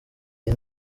iyi